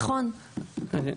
נכון, נכון.